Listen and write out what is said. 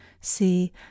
see